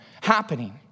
happening